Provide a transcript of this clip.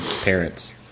parents